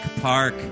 Park